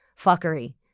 fuckery